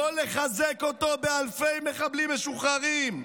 לא לחזק אותו באלפי מחבלים משוחררים,